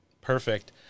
Perfect